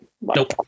Nope